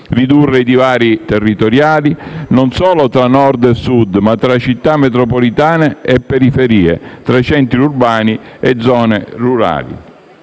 Ridurre i divari territoriali, non solo tra Nord e Sud, ma anche tra Città metropolitane e periferie, tra i centri urbani e le zone rurali.